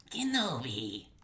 Kenobi